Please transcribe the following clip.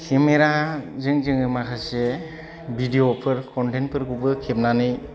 केमेराजों जोङो माखासे भिडिय'फोर कन्टेन्टफोरखौबो खेबनानै